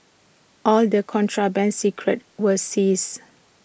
all the contraband cigarettes were seized